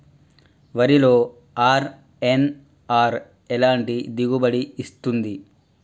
వరిలో అర్.ఎన్.ఆర్ ఎలాంటి దిగుబడి ఇస్తుంది?